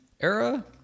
era